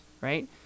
right